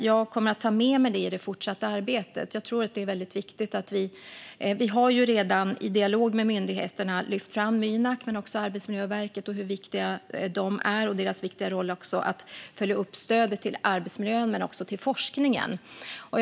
Jag kommer att ta med mig det i det fortsatta arbetet. Vi har redan i dialog med myndigheterna lyft fram Mynak men också Arbetsmiljöverket och hur viktiga de är och deras viktiga roll att följa upp stödet till arbetsmiljön men också till forskningen.